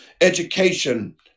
education